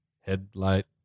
headlight